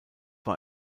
war